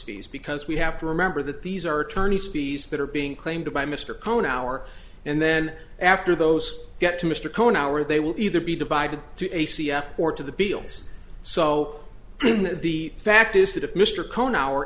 fees because we have to remember that these are attorneys fees that are being claimed by mr cohn our and then after those get to mr cohen our they will either be divided to a c f or to the beales so the fact is that if mr cohn hour